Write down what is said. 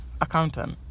accountant